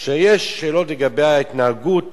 שיש שאלות לגבי ההתנהגות